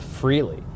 freely